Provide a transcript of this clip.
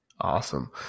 Awesome